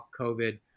COVID